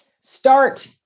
Start